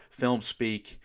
FilmSpeak